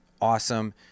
awesome